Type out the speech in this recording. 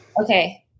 Okay